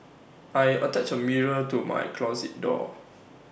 I attached A mirror to my closet door